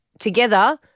Together